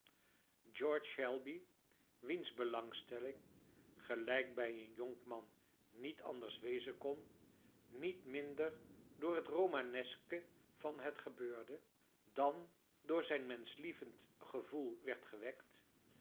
george shelby wiens belangstelling gelijk bij een jonkman niet anders wezen kon niet minder door het romaneske van het gebeurde dan door zijn menschlievend gevoel werd gewekt